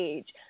Age